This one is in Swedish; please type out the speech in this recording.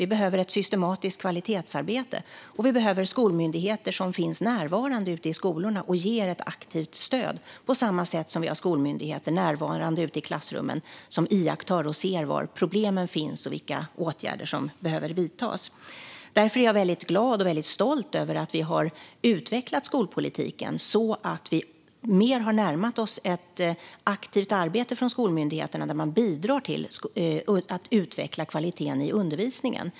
Vi behöver ett systematiskt kvalitetsarbete, och vi behöver skolmyndigheter som finns närvarande ute i skolorna och ger ett aktivt stöd på samma sätt som vi har skolmyndigheter närvarande ute i klassrummen som iakttar och ser var problemen finns och vilka åtgärder som behöver vidtas. Därför är jag väldigt glad och stolt över att vi har utvecklat skolpolitiken så att vi mer har närmat oss ett aktivt arbete från skolmyndigheterna där man bidrar till att utveckla kvaliteten i undervisningen.